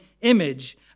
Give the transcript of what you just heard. image